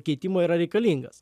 keitimo yra reikalingas